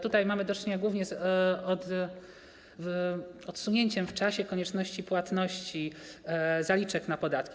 Tutaj mamy do czynienia głównie z odsunięciem w czasie konieczności płatności zaliczek na podatki.